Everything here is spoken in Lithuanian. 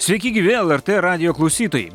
sveiki gyvi lrt radijo klausytojai